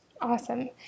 Awesome